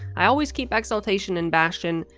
i always keep exultation and bastion,